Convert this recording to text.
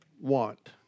want